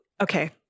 okay